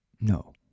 No